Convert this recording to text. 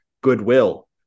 goodwill